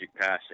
passing